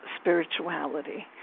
spirituality